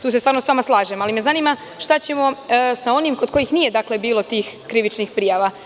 Tu se zaista sa vama slažem, ali me zanima šta ćemo sa onim kod kojih nije bilo tih krivičnih prijava?